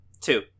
two